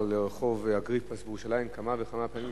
לרחוב אגריפס בירושלים כמה וכמה פעמים,